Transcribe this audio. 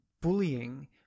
bullying